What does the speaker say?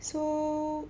so